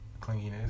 Clinginess